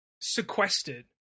sequestered